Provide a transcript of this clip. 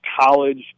college